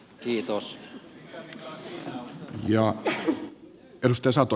arvoisa puhemies